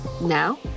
now